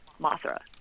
Mothra